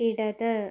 ഇടത്